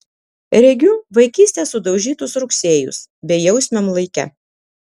regiu vaikystės sudaužytus rugsėjus bejausmiam laike